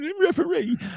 referee